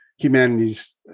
humanities